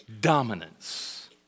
dominance